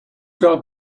got